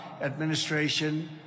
administration